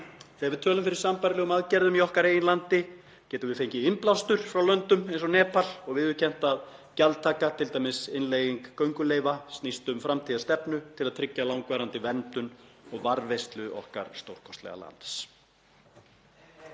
Þegar við tölum fyrir sambærilegum aðgerðum í okkar eigin landi getum við fengið innblástur frá löndum eins og Nepal og viðurkennt að gjaldtaka, t.d. innleiðing gönguleyfa, snýst um framtíðarstefnu til að tryggja langvarandi verndun og varðveislu okkar stórkostlega lands.